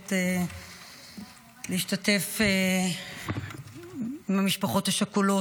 מבקשת להשתתף עם המשפחות השכולות,